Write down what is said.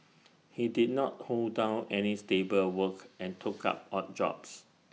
he did not hold down any stable work and took up odd jobs